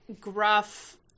gruff